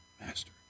master